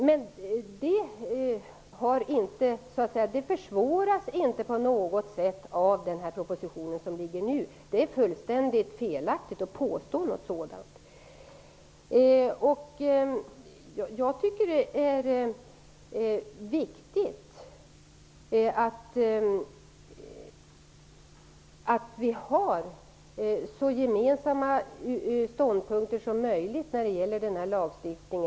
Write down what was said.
Men denna process försvåras inte på något sätt av den proposition som nu föreligger. Det är fullständigt felaktigt att påstå något sådant. Jag tycker att det är viktigt att samtliga partier har så gemensamma ståndpunkter som möjligt när det gäller denna lagstiftning.